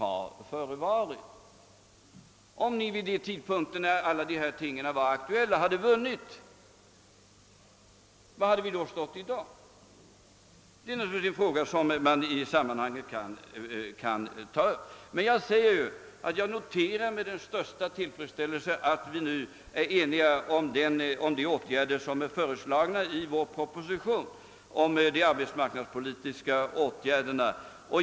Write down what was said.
Hur hade det varit om ni hade vunnit vid de tidpunkter då dessa förslag var aktuella? Var hade vi då stått i dag? Det är en fråga som man kan ställa sig i sammanhanget. Emellertid noterar jag med tillfredsställelse att vi nu är eniga om de åtgärder som föreslås i propositionen om de arbetsmarknadspolitiska åtgärderna.